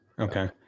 Okay